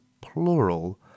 plural